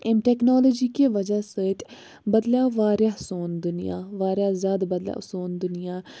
اَمہِ ٹؠکنالجی کہِ وَجَہ سٟتۍ بَدلیٛاو واریاہ سون دُنیاہ واریاہ زیادٕ بَدلیٛاو سون دُنیا